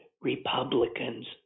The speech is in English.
Republicans